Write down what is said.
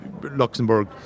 Luxembourg